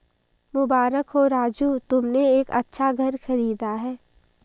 मुबारक हो राजू तुमने एक अच्छा घर खरीदा है